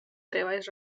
treballs